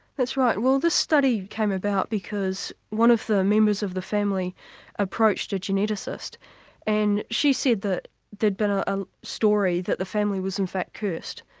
that's right. well this study came about because one of the members of the family approached a geneticist and she said that there'd been ah a story that the family was in fact cursed,